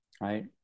right